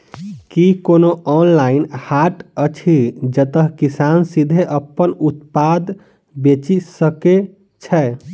की कोनो ऑनलाइन हाट अछि जतह किसान सीधे अप्पन उत्पाद बेचि सके छै?